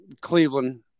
Cleveland